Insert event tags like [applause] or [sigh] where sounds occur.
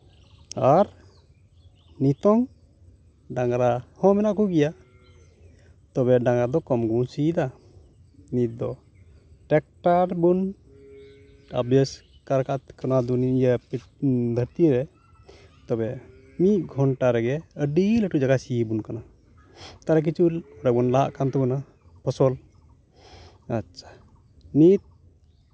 ᱟᱨ ᱱᱤᱛᱚᱜ ᱰᱟᱝᱨᱟ ᱦᱚᱸ ᱢᱮᱱᱟᱜ ᱠᱚᱜᱮᱭᱟ ᱛᱚᱵᱮ ᱰᱟᱝᱨᱟ ᱫᱚ ᱠᱚᱢ ᱜᱮᱵᱚᱱ ᱥᱤᱭᱮᱫᱟ ᱱᱤᱛ ᱫᱚ ᱴᱮᱠᱨᱟᱨ ᱵᱚᱱ [unintelligible] ᱠᱟᱱᱟ ᱫᱩᱱᱤᱭᱟᱹ ᱫᱷᱟᱹᱨᱛᱤ ᱨᱮ ᱛᱚᱵᱮ ᱢᱤᱫ ᱜᱷᱚᱱᱴᱟ ᱨᱮᱜᱮ ᱟᱹᱰᱤ ᱞᱟᱹᱭᱩ ᱡᱟᱭᱜᱟᱭ ᱥᱤᱭᱟᱵᱳᱱ ᱠᱟᱱᱟ ᱛᱟᱦᱚᱞᱮ ᱠᱤᱪᱷᱩ ᱞᱟᱦᱟᱜ ᱠᱟᱱ ᱛᱟᱵᱳᱱᱟ ᱯᱷᱚᱥᱚᱞ ᱟᱪᱪᱷᱟ ᱱᱤᱛ